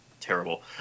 Terrible